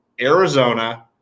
Arizona